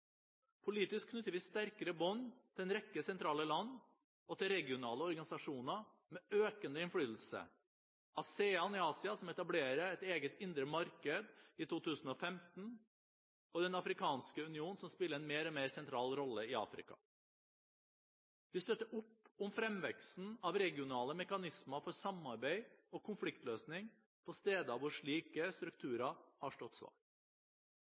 Politisk knytter vi sterkere bånd til en rekke sentrale land og til regionale organisasjoner med økende innflytelse, som ASEAN i Asia, som etablerer et eget indre marked i 2015, og Den afrikanske union, som spiller en stadig mer sentral rolle i Afrika. Vi støtter opp om fremveksten av regionale mekanismer for samarbeid og konfliktløsning på steder hvor slike strukturer har stått svakt.